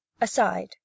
aside